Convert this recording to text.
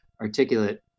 articulate